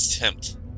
attempt